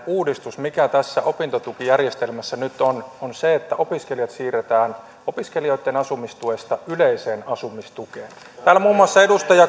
uudistus mikä tässä opintotukijärjestelmässä nyt on on että opiskelijat siirretään opiskelijoitten asumistuesta yleiseen asumistukeen täällä muun muassa edustaja